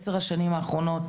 בעשר השנים האחרונות,